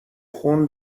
خون